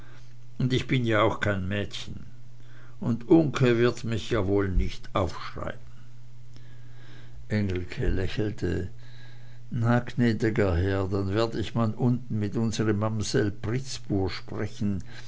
und dann bin ich auch kein mächen und uncke wird mich ja wohl nicht aufschreiben engelke lächelte na gnäd'ger herr dann werd ich man unten mit unse mamsell pritzbur sprechen